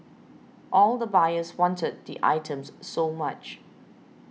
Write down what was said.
all the buyers wanted the items so much